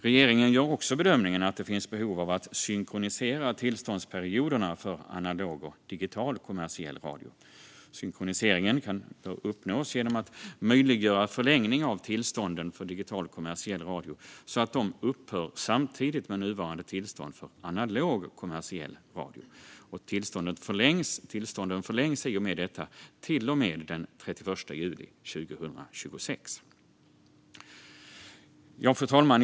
Regeringen gör också bedömningen att det finns behov av att synkronisera tillståndsperioderna för analog och digital kommersiell radio. Synkroniseringen bör uppnås genom att möjliggöra förlängning av tillstånden för digital kommersiell radio så att de upphör samtidigt med nuvarande tillstånd för analog kommersiell radio. Tillstånden förlängs i och med detta till och med den 31 juli 2026. Fru talman!